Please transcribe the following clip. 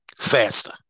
faster